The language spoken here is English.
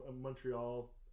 Montreal